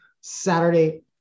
Saturday